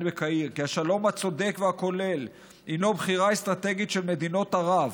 בקהיר כי השלום הצודק והכולל הינו בחירה אסטרטגית של מדינות ערב,